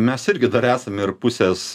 mes irgi dar esam ir pusės